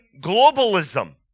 globalism